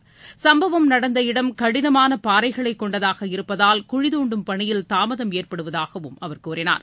கேட்டறிந்து வருவதாக சும்பவம் நடந்த இடம் கடினமான பாறைகளை கொண்டதாக இருப்பதால் குழித்தோண்டும் பணியில் தாமதம் ஏற்படுவதாகவும் அவர் கூறினார்